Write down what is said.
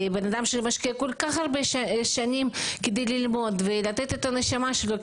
בן אדם שמשקיע כל כך הרבה שנים כדי ללמוד ולתת את הנשמה שלו.